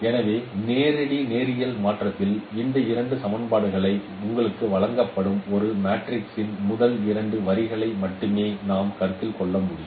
எனவே நேரடி நேரியல் மாற்றத்தில் இந்த இரண்டு சமன்பாடுகளை உங்களுக்கு வழங்கும் இந்த மேட்ரிக்ஸின் முதல் இரண்டு வரிசைகளை மட்டுமே நாம் கருத்தில் கொள்ள முடியும்